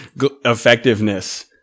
effectiveness